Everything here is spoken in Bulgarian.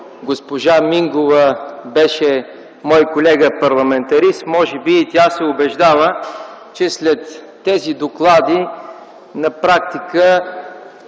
госпожа Мингова беше мой колега парламентарист. Може би и тя се убеждава, че след тези доклади на практика